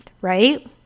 right